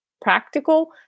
practical